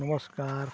ᱱᱚᱢᱚᱥᱠᱟᱨ